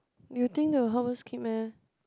you think they will help us keep meh